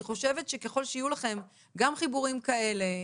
אני חושבת שככל שיהיו לכם גם חיבורים כאלה,